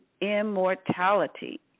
immortality